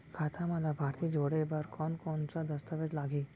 खाता म लाभार्थी जोड़े बर कोन कोन स दस्तावेज लागही?